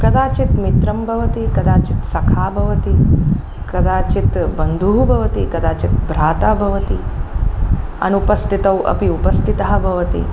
कदाचित् मित्रं भवति कदाचित् सखा भवति कदाचित् बन्धुः भवति कदाचित् भ्राता भवति अनुपस्थितौ उपस्थितः भवति